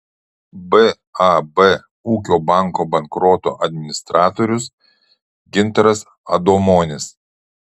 bab ūkio banko bankroto administratorius gintaras adomonis